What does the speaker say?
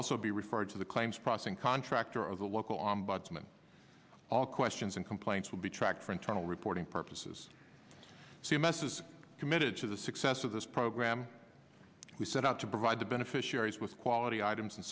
also be referred to the claims processing contractor or the local ombudsman all questions and complaints will be tracked for internal reporting purposes c m s is committed to the success of this program we set out to provide the beneficiaries with quality items